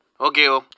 Okay